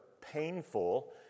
painful